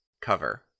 cover